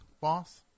Boss